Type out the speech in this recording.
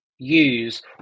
use